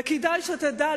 וכדאי שתדע,